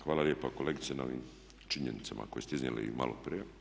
Hvala lijepa kolegice na činjenicama koje ste iznijeli maloprije.